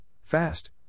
fast